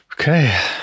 okay